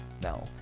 No